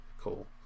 cool